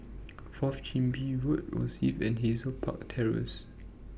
Fourth Chin Bee Road Rosyth and Hazel Park Terrace